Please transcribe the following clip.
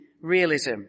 realism